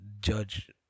judge